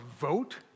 vote